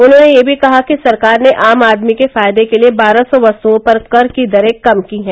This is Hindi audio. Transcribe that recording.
उन्होंने यह भी कहा कि सरकार ने आम आदमी के फायदे के लिए बारह सौ कस्तुओं पर कर की दरे कम की हैं